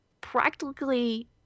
practically